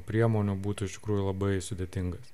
priemonių būtų iš tikrųjų labai sudėtingas